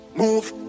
move